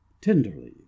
Tenderly